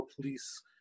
Police